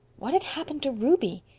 what had happened to ruby?